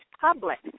public